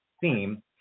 theme